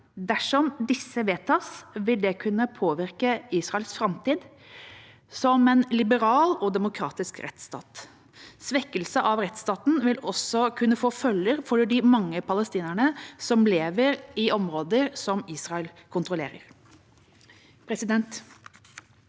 Dersom disse vedtas, vil det kunne påvirke Israels framtid som en liberal og demokratisk rettsstat. Svekkelse av rettsstaten vil også kunne få følger for de mange palestinerne som lever i områder som Israel kontrollerer.